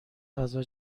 غذا